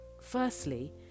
Firstly